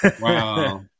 Wow